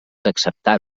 acceptar